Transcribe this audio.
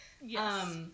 Yes